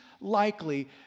likely